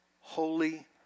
holy